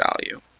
value